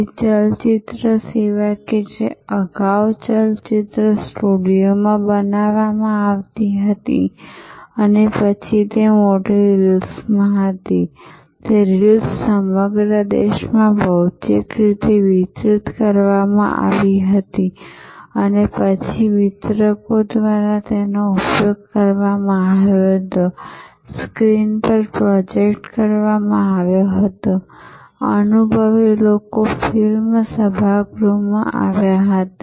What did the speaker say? તેથી ચલચિત્ર સેવા કે જે અગાઉ ચલચિત્ર સ્ટુડિયોમાં બનાવવામાં આવી હતી અને પછી તે મોટી રીલ્સમાં હતી અને તે રીલ્સ સમગ્ર દેશમાં ભૌતિક રીતે વિતરિત કરવામાં આવી હતી અને પછી વિતરકો દ્વારા તેનો ઉપયોગ કરવામાં આવ્યો હતો સ્ક્રીન પર પ્રોજેક્ટ કરવામાં આવ્યો હતો અનુભવી લોકો ફિલ્મ સભાગૃહમાં આવ્યા હતા